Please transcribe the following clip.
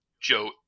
Joe